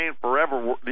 forever